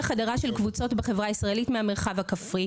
הדרה של קבוצות בחברה הישראלית מהמרחב הכפרי.